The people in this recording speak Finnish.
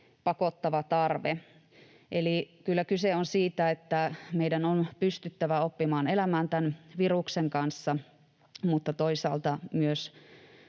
pakottava tarve. Eli kyllä kyse on siitä, että meidän on pystyttävä oppimaan elämään tämän viruksen kanssa mutta toisaalta on myös